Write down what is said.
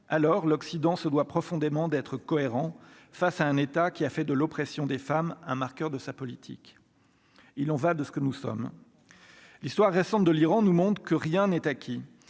alors l'Occident se doit profondément d'être cohérent face à un état qui a fait de l'oppression des femmes un marqueur de sa politique, il en va de ce que nous sommes l'histoire récente de l'Iran nous montre que rien n'est acquis,